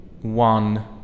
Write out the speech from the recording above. one